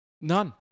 None